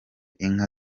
inka